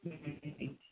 ह्म्म ह्म्म ह्म्म ह्म्म